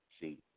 See